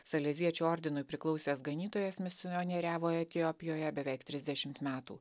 saleziečių ordinui priklausęs ganytojas misionieriavo etiopijoje beveik trisdešimt metų